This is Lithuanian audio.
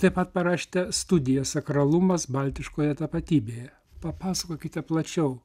taip pat parašėte studiją sakralumas baltiškoje tapatybėje papasakokite plačiau